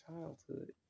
childhood